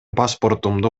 паспортумду